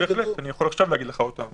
בהחלט, אני יכול עכשיו להגיד לך אותם.